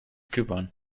coupon